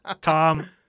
Tom